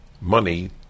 money